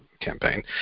campaign